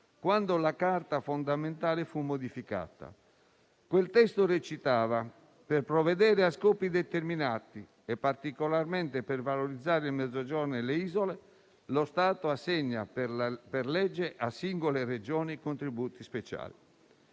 quando la Carta fondamentale fu modificata. Quel testo recitava: «Per provvedere a scopi determinati, e particolarmente per valorizzare il Mezzogiorno e le Isole, lo Stato assegna per legge a singole Regioni contributi speciali».